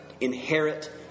Inherit